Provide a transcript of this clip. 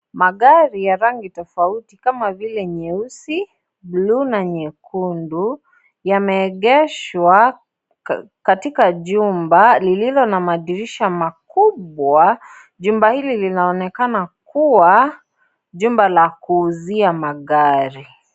Magari ya rangi tofauti kama vile nyeusi, bluu, na nyekundu yameegeshwa katika jumba lililo na madirisha makubwa. Jumba hili linaonekana kuwa jumba la kuuzia magari.